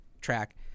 track—